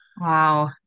Wow